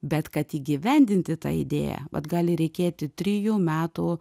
bet kad įgyvendinti tą idėją vat gali reikėti trijų metų